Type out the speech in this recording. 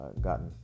gotten